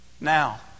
Now